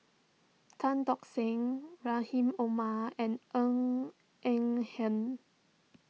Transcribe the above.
Tan Tock Seng Rahim Omar and Ng Eng Hen